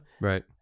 Right